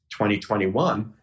2021